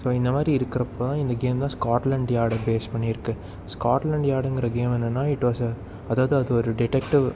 so இந்தமாதிரி இருக்கிறப்போ இந்த கேம் தான் ஸ்காட்லாண்ட் யார்டை பேஸ் பண்ணியிருக்கு ஸ்காட்லாண்ட் யார்டுங்கிற கேம் என்னென்னால் இட் வாஸ் ஏ அதாவது அது ஒரு டிடெக்டிவ்